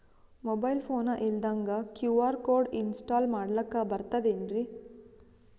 Mobile phone ಇಲ್ದಂಗ QR code install ಮಾಡ್ಲಕ ಬರ್ತದೇನ್ರಿ?